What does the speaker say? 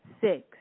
six